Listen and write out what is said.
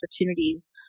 opportunities